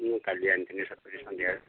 ମୁଁ କାଲି ଆଣିିଥିଲି ସନ୍ଧ୍ୟାରେ